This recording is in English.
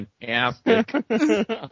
fantastic